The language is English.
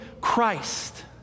Christ